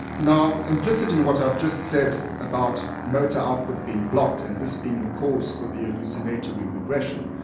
now implicit in what i've just said about motor output being blocked and this being the cause for the hallucinatory regression,